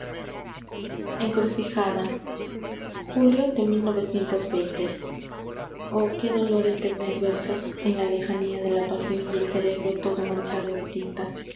que dolor el tener versos en la lejanía de la pasión y el cerebro todo manchado de tinta